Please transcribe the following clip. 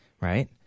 right